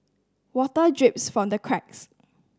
water drips from the cracks